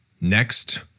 next